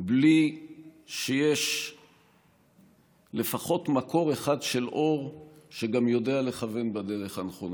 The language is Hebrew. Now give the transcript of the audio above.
בלי שיש לפחות מקור אחד של אור שגם יודע לכוון בדרך הנכונה.